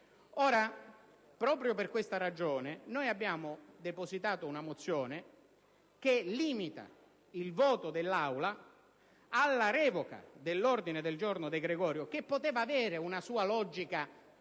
Ora, proprio per questa ragione, abbiamo depositato una mozione che limita il voto dell'Aula alla revoca dell'ordine del giorno De Gregorio, il quale poteva avere una sua logica -